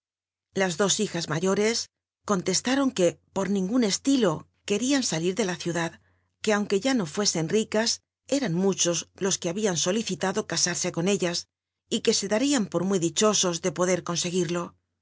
las dos hijas ma ore conteslarun que por ningnn estilo querían salir tic la ciutlatl que aun ne a no fuesen ricas eran mu ltos los que habían sulirilatlo t'a ar c con ellas y que se darian por muy dichosos de joder conseguirlo